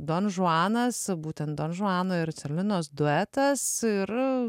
donžuanas būtent donžuano ir cerlinos duetas ir